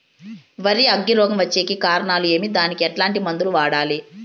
వరి అగ్గి రోగం వచ్చేకి కారణాలు ఏమి దానికి ఎట్లాంటి మందులు వాడాలి?